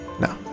No